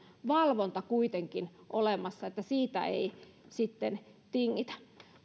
valvonta kuitenkin olemassa että siitä ei sitten tingitä